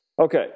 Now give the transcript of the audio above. Okay